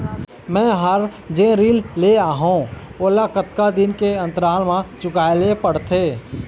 मैं हर जोन ऋण लेहे हाओ ओला कतका दिन के अंतराल मा चुकाए ले पड़ते?